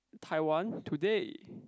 Taiwan today